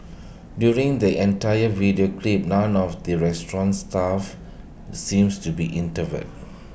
during the entire video clip none of the restaurant's staff seems to be intervene